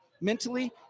mentally